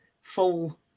full